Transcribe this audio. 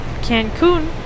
Cancun